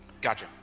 Gotcha